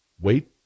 Wait